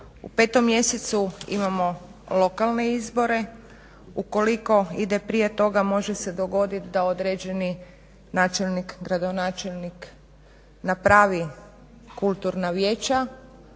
U petom mjesecu imamo lokalne izbore, ukoliko ide prije toga može se dogoditi da određeni načelnik, gradonačelnik napravi kulturna vijeća,